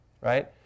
Right